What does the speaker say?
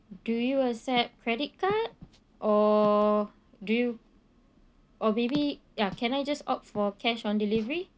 do you accept credit card or do you or maybe ya can I just opt for cash on delivery